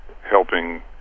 helping